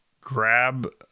grab